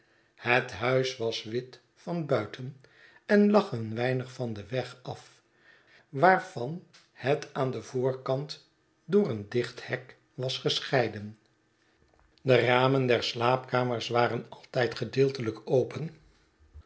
het huis was wit van buiten en lag een weinig van den weg af waarvan het aan den voorkant door een dicht hek was gescheiden de ram en der slaapkamers waren altijd gedeeltelijk open